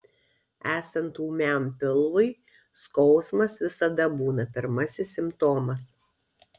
esant ūmiam pilvui skausmas visada būna pirmasis simptomas